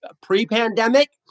pre-pandemic